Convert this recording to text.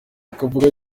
bakavuga